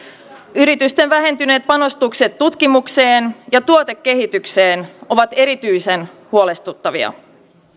yritysten vähentyneet panostukset tutkimukseen ja tuotekehitykseen ovat erityisen huolestuttavia